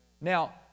Now